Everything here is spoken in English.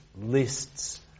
lists